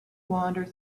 wander